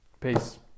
Peace